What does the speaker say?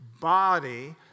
body